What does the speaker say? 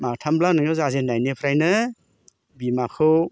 माथामब्ला नोङो जाजेन्नायनिफ्रायनो बिमाखौ